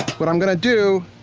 what i'm gonna do,